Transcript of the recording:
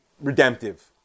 redemptive